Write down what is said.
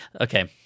okay